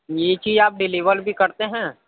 یہ کہ آپ ڈلیور بھی کرتے ہیں